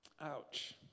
Ouch